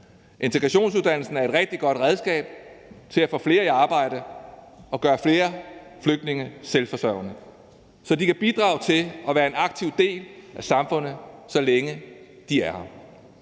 Integrationsuddannelsen er et rigtig godt redskab til at få flere i arbejde og gøre flere flygtninge selvforsørgende, så de kan bidrage til og være en aktiv del af samfundet, så længe de er her.